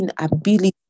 inability